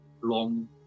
long